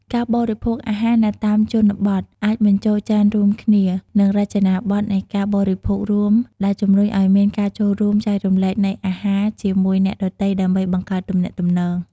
ការបរិភោគអាហារនៅតាមជនបទអាចបញ្ចូលចានរួមគ្នា និងរចនាប័ទ្មនៃការបរិភោគរួម ដែលជំរុញឲ្យមានការចូលរួមចែករំលែកនៃអាហារជាមួយអ្នកដទៃដើម្បីបង្កើតទំនាក់ទំនង់។